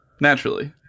Naturally